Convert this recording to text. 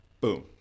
Boom